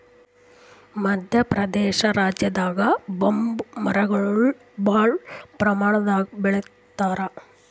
ಮದ್ಯ ಪ್ರದೇಶ್ ರಾಜ್ಯದಾಗ್ ಬಂಬೂ ಮರಗೊಳ್ ಭಾಳ್ ಪ್ರಮಾಣದಾಗ್ ಬೆಳಿತಾರ್